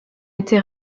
été